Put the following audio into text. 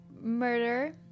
Murder